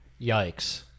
Yikes